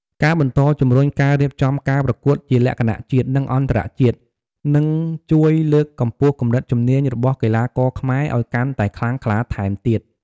ការបន្តជំរុញការរៀបចំការប្រកួតជាលក្ខណៈជាតិ និងអន្តរជាតិ នឹងជួយលើកកម្ពស់កម្រិតជំនាញរបស់កីឡាករខ្មែរឱ្យកាន់តែខ្លាំងក្លាថែមទៀត។